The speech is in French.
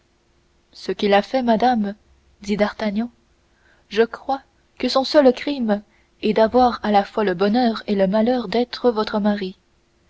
ce qu'il a fait madame dit d'artagnan je crois que son seul crime est d'avoir à la fois le bonheur et le malheur d'être votre mari